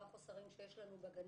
מה החוסרים שיש לנו בגנים.